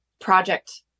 project